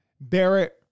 Barrett